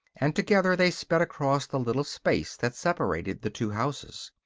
and together they sped across the little space that separated the two houses.